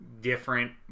Different